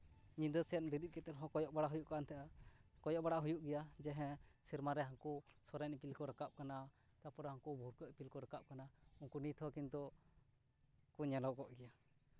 ᱧᱤᱫᱟᱹ ᱥᱮᱫ ᱵᱮᱨᱮᱫ ᱠᱟᱛᱮᱫ ᱦᱚᱸ ᱠᱚᱭᱚᱜ ᱵᱟᱲᱟ ᱦᱩᱭᱩᱜ ᱠᱟᱱ ᱛᱟᱦᱮᱸᱜᱼᱟ ᱠᱚᱭᱚᱜ ᱵᱟᱲᱟ ᱦᱩᱭᱩᱜ ᱜᱮᱭᱟ ᱡᱮ ᱦᱮᱸ ᱥᱮᱨᱢᱟ ᱨᱮ ᱦᱟᱹᱱᱠᱩ ᱥᱚᱨᱮᱱ ᱤᱯᱤᱞ ᱠᱚ ᱨᱟᱠᱟᱵ ᱠᱟᱱᱟ ᱛᱟᱨᱯᱚᱨᱮ ᱦᱟᱹᱱᱠᱩ ᱵᱷᱩᱨᱠᱟᱹ ᱤᱯᱤᱞ ᱠᱚ ᱨᱟᱠᱟᱵ ᱠᱟᱱᱟ ᱩᱱᱠᱩ ᱱᱤᱛᱦᱚᱸ ᱠᱤᱱᱛᱩ ᱠᱚ ᱧᱮᱞᱚᱜᱚᱜ ᱜᱮᱭᱟ